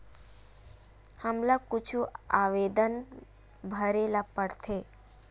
हमला कुछु आवेदन भरेला पढ़थे?